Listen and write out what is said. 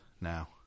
now